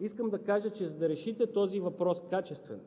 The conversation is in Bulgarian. искам да кажа, че, за да решите този въпрос качествено,